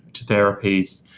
to therapies,